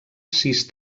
sis